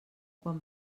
quan